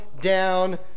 down